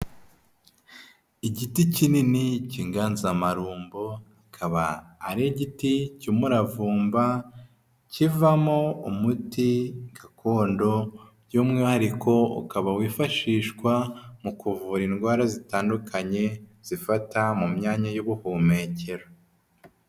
Igiti kinini cy'inganzamarumbo, akaba ari igiti cy'umuravumba kivamo umuti gakondo, by'umwihariko ukaba wifashishwa mu kuvura indwara zitandukanye zifata mu myanya y'ubuhumekero.